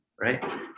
Right